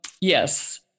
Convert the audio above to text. Yes